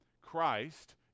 Christ